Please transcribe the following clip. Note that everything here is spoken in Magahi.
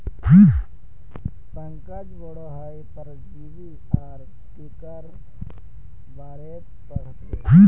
पंकज बोडो हय परजीवी आर टीकार बारेत पढ़ बे